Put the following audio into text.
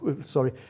sorry